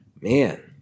Man